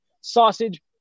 sausage